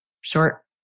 short